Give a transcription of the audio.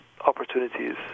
opportunities